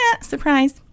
surprise